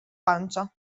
pancia